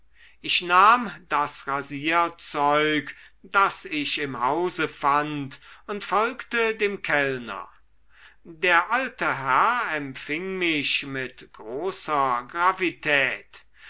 ich nahm das rasierzeug das ich im hause fand und folgte dem kellner der alte herr empfing mich mit großer